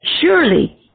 surely